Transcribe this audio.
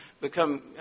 become